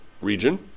region